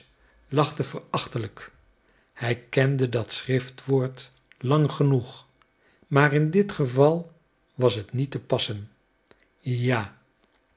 lachte verachtelijk hij kende dat schriftwoord lang genoeg maar in dit geval was het niet te passen ja